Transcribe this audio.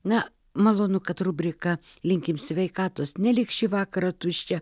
na malonu kad rubrika linkim sveikatos neliks šį vakarą tuščia